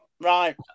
Right